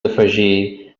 afegir